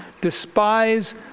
despise